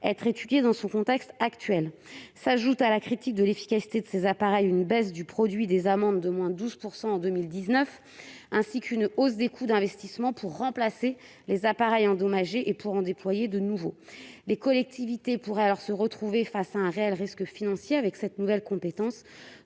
être étudiée dans le contexte actuel. À la critique de l'efficacité des appareils s'ajoute une baisse du produit des amendes d'au moins 12 % en 2019, ainsi qu'une hausse des coûts d'investissement pour remplacer les appareils endommagés et en déployer de nouveaux. Les collectivités pourraient se retrouver face à un réel risque financier avec cette nouvelle compétence,